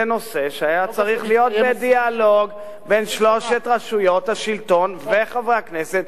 זה נושא שהיה צריך להיות בדיאלוג בין שלוש רשויות השלטון וחברי הכנסת,